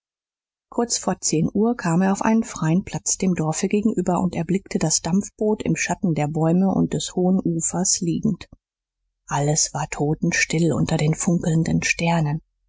kurz vor zehn uhr kam er auf einen freien platz dem dorfe gegenüber und erblickte das dampfboot im schatten der bäume und des hohen ufers liegend alles war totenstill unter den funkelnden sternen